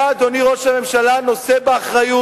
אתה, אדוני ראש הממשלה, נושא באחריות,